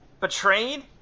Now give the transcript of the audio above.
betrayed